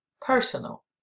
personal